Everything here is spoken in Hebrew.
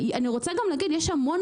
יו"ר הוועדה, יש המון